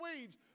weeds